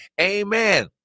Amen